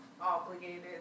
obligated